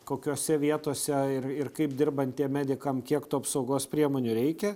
kokiose vietose ir ir kaip dirbantiem medikam kiek tų apsaugos priemonių reikia